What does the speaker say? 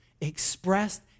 expressed